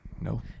No